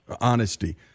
honesty